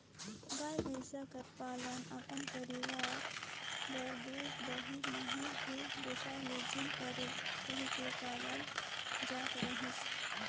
गाय, भंइस कर पालन अपन परिवार बर दूद, दही, मही, घींव बेसाए ले झिन परे कहिके पालल जात रहिस